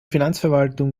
finanzverwaltung